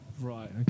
Right